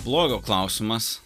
blogio klausimas